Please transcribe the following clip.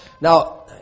Now